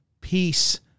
peace